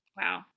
wow